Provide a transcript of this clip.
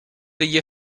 degli